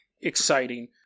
exciting